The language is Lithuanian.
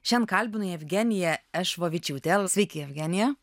šiandien kalbinu jevgeniją ešvovičiūtę sveiki jevgenija